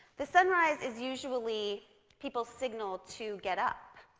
the sunrise is usually people's signal to get up,